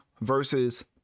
versus